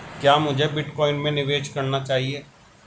क्या मुझे बिटकॉइन में निवेश करना चाहिए?